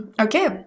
Okay